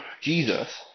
Jesus